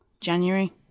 January